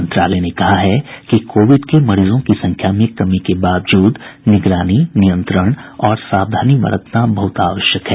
मंत्रालय ने कहा है कि कोविड के मरीजों की संख्या में कमी के बावजूद निगरानी नियंत्रण और सावधानी बरतना बहुत जरूरी है